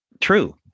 true